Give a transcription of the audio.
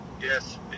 Yes